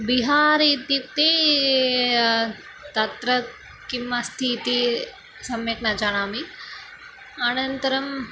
बिहार् इत्युक्ते तत्र किम् अस्ति इति सम्यक् न जानामि अनन्तरम्